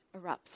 erupts